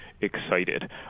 excited